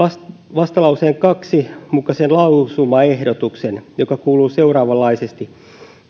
vastalauseen kahden mukaisen lausumaehdotuksen joka kuuluu seuraavanlaisesti